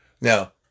Now